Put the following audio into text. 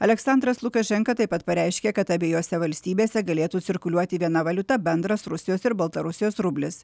aleksandras lukašenka taip pat pareiškė kad abiejose valstybėse galėtų cirkuliuoti viena valiuta bendras rusijos ir baltarusijos rublis